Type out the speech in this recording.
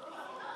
זה לא נכון.